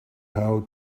how